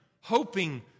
hoping